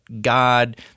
god